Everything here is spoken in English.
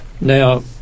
Now